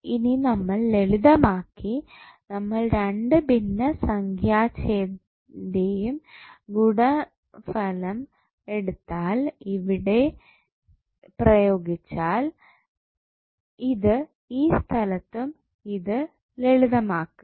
ഇനി നമ്മൾ ലളിതമാക്കി നമ്മൾ രണ്ട് ഭിന്നസംഖ്യാഛേദത്തിന്റെയും ഗുണനഫലം എടുത്താൽ ഇതിവിടെ പ്രയോഗിച്ചാൽ ഇത് ഈ സ്ഥലത്തും എന്നിട്ട് ലളിതമാക്കുക